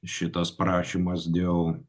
šitas prašymas dėl